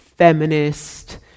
feminist